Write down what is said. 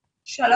אז אני אתייחס.